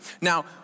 Now